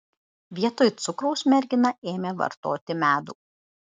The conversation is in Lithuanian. vietoj cukraus mergina ėmė vartoti medų